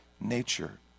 nature